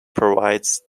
provides